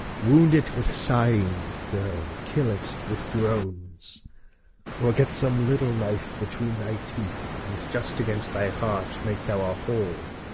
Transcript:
wound it with sighing, girl, kill it with groans or get some little knife between thy teeth and just against thy heart make thou a hole,